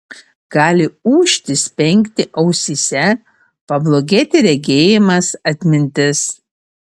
gali ūžti spengti ausyse pablogėti regėjimas atmintis